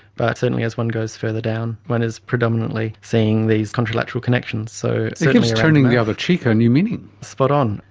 but certainly as one goes further down one is predominantly seeing these contralateral connections. so it gives turning the other cheek a ah new meaning. spot on.